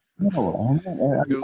No